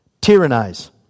tyrannize